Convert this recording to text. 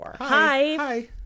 Hi